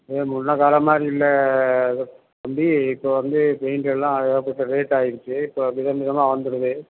இப்போ முன்னே காலம் மாதிரி இல்லை தம்பி இப்போது வந்து பெயிண்ட்டெல்லாம் ஏகப்பட்ட ரேட் ஆகிடுச்சி இப்போ வித விதமாக வந்துடுது